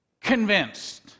convinced